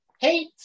Hate